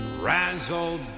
razzle